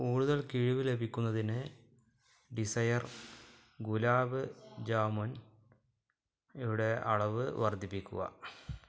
കൂടുതൽ കിഴിവ് ലഭിക്കുന്നതിന് ഡിസയർ ഗുലാബ് ജാമുൻ യുടെ അളവ് വർദ്ധിപ്പിക്കുക